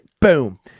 Boom